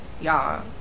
y'all